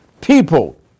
people